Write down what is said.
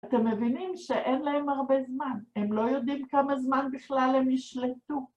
אתם מבינים שאין להם הרבה זמן, הם לא יודעים כמה זמן בכלל הם ישלטו.